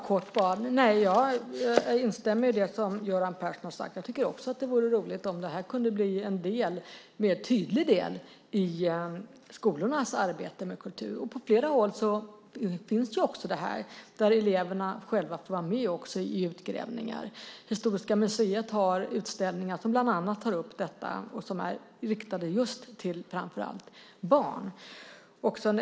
Fru talman! Jag instämmer i det som Göran Persson säger. Också jag tycker att det vore roligt om det kunde bli en tydlig del i skolornas arbete med kultur. Det finns redan på flera håll där eleverna får vara med på utgrävningar. Historiska museet har utställningar som bland annat tar upp detta och som är riktade framför allt till barn.